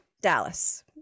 Dallas